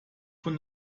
von